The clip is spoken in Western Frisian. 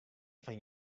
fan